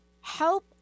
help